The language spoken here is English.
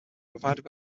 provided